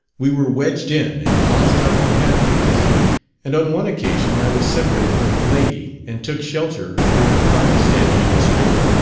we were wedged in and lost our companions and on one occasion i was separated from the lady, and took shelter under a cart standing in the street.